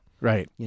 Right